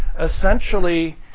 Essentially